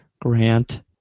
Grant